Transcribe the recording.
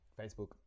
Facebook